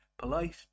Polite